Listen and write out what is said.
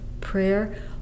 prayer